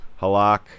Halak